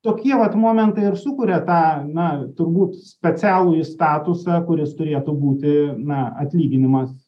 tokie vat momentai ir sukuria tą na turbūt specialųjį statusą kuris turėtų būti na atlyginimas